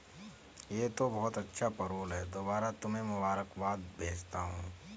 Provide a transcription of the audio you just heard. यह तो बहुत अच्छा पेरोल है दोबारा तुम्हें मुबारकबाद भेजता हूं